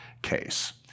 case